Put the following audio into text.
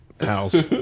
house